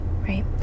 right